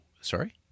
Sorry